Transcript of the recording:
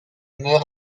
meurt